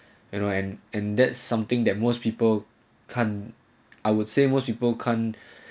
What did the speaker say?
you know and and that's something that most people can't I would say most people can't